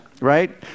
Right